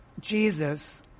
Jesus